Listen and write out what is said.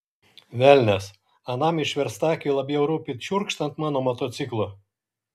velnias anam išverstakiui labiau rūpi čiurkšt ant mano motociklo